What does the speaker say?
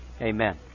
Amen